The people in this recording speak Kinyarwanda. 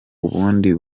ubundi